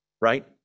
right